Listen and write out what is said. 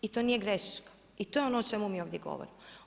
I to nije greška i to je ono o čemu mi ovdje govorimo.